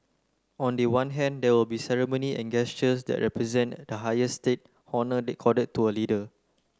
on the one hand there will be ceremony and gestures that represent the highest state honour accorded to a leader